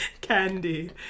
Candy